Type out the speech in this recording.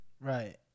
right